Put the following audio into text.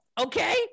Okay